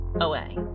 away